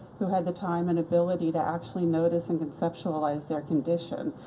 who had the time and ability to actually notice and conceptualize their condition.